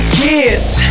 kids